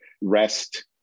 rest